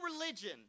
religion